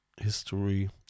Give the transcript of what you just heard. history